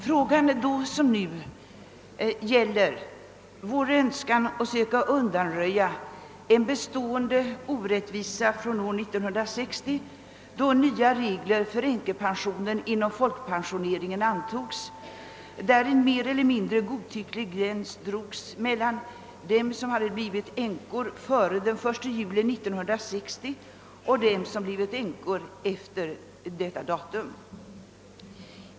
Frågan gäller då som nu vår strävan att söka undanröja en bestående orättvisa från år 1960, då nya regler för änkepensionen inom folkpensioneringen antogs. Därvid drogs en mer eller mindre godtycklig gräns mellan dem som hade blivit änkor före den 1 juli 1960 och dem som blivit änkor efter detta datum.